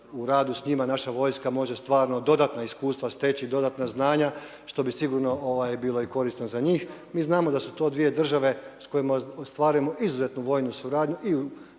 U radu s njima naša vojska može stvarno dodatna iskustva steći, dodatna znanja što bi sigurno bilo i korisno za njih. Mi znamo da su to dvije države s kojima ostvarujemo izuzetnu vojnu suradnju